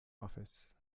office